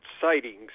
sightings